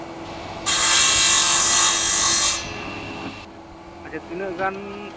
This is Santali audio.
ᱦᱮᱸ ᱟᱪᱪᱷᱟ ᱛᱤᱱᱟᱹᱜ ᱜᱟᱱ